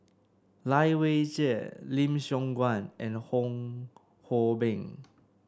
Lai Weijie Lim Siong Guan and Fong Hoe Beng